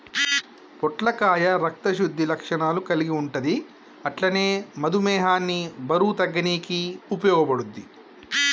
పొట్లకాయ రక్త శుద్ధి లక్షణాలు కల్గి ఉంటది అట్లనే మధుమేహాన్ని బరువు తగ్గనీకి ఉపయోగపడుద్ధి